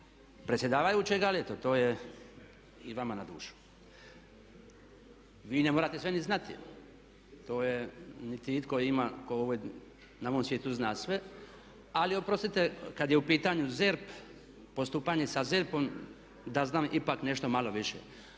predsjedavajućeg ali eto to je i vama na dušu. Vi ne morate sve ni znati, niti itko ima tko na ovom svijetu zna sva ali oprostite kad je u pitanju ZERP, postupanje sa ZERP-om da znam ipak nešto malo više.